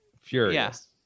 Furious